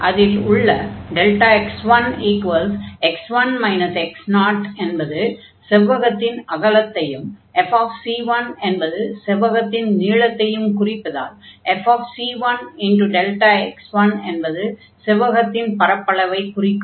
அதில் உள்ள x1x1 x0 என்பது செவ்வகத்தின் அகலத்தையும் f என்பது செவ்வகத்தின் நீளத்தையும் குறிப்பதால் fc1Δx1 என்பது செவ்வகத்தின் பரப்பளவைக் குறிக்கும்